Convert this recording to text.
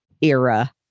era